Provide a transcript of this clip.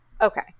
Okay